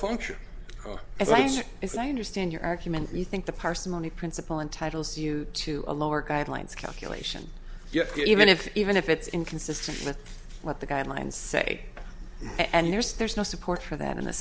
function as it is i understand your argument you think the parsimony principle entitles you to a lower guidelines calculation yet get even if even if it's inconsistent with what the guidelines say and there's there's no support for that in the